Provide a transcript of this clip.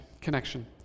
connection